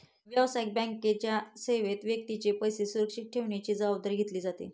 व्यावसायिक बँकेच्या सेवेत व्यक्तीचे पैसे सुरक्षित ठेवण्याची जबाबदारी घेतली जाते